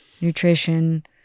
nutrition